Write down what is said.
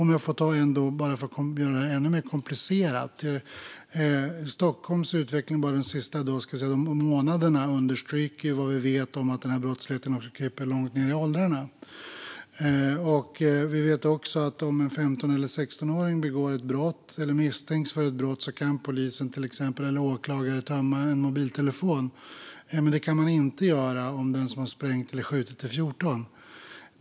Men för att göra det ännu mer komplicerat: Stockholms utveckling under de senaste månaderna understryker att denna brottslighet kryper långt ned i åldrarna. Om en 15-åring eller 16-åring misstänks för ett brott kan polis eller åklagare tömma den unges mobiltelefon, men man kan inte kan göra det om den som sprängt eller skjutit är 14 år.